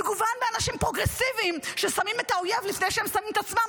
מגוון באנשים פרוגרסיביים ששמים את האויב לפני שהם שמים את עצמם.